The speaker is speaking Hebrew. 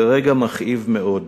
זה רגע מכאיב מאוד,